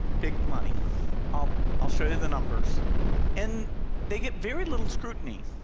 big money i'll i'll show you the numbers and they get very little scrutiny.